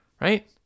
right